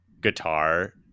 guitar